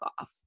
off